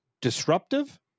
disruptive